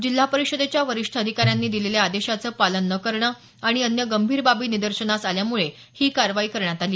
जिल्हा परिषदेच्या वरिष्ठ अधिकाऱ्यांनी दिलेल्या आदेशाचं पालन न करणं आणि अन्य गंभीर बाबी निदर्शनास आल्यामुळे ही कारवाई करण्यात आली